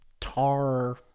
tar